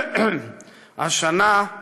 השנה,